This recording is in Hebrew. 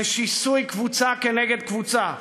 לשיסוי קבוצה נגד קבוצה,